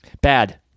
Bad